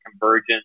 convergence